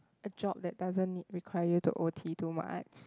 a job that doesn't need require you to o_t too much